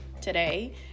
today